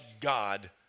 God